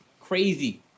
crazy